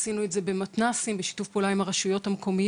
עשינו את זה במתנ"סים בשיתוף פעולה עם הרשויות המקומיות,